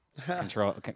control